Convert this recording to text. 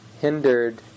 hindered